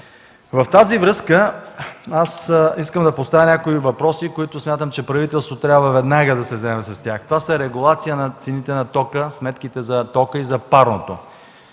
В тази връзка, искам да поставя някои въпроси, с които смятам, че правителството трябва веднага да се заеме. Това е регулацията на цените на тока, на сметките за тока и парното.